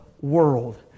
world